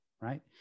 right